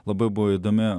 labai buvo įdomi